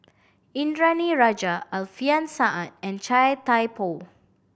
Indranee Rajah Alfian Sa'at and Chia Thye Poh